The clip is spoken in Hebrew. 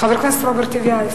חבר הכנסת רוברט טיבייב,